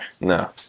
No